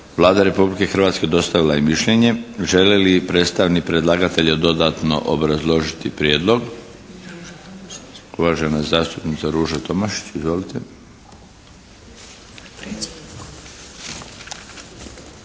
Vlada Republike Hrvatske dostavila je mišljenje. Želi li predstavnik predlagatelja dodatno obrazložiti prijedlog? Uvažena zastupnica Ruža Tomašić. Izvolite!